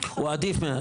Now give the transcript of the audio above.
--- הוא עדיף.